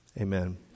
Amen